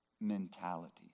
mentality